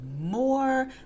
More